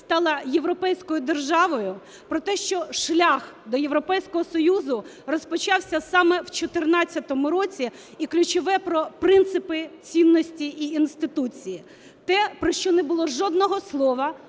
стала європейською державою, про те, що шлях до Європейського Союзу розпочався саме в 2014 році, і, ключове, про принципи цінності і інституції. Те, про що не було жодного слова